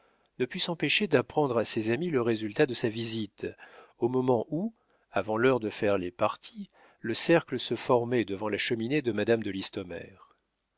ne put s'empêcher d'apprendre à ses amis le résultat de sa visite au moment où avant l'heure de faire les parties le cercle se formait devant la cheminée de madame de listomère